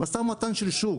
משא ומתן של שוק.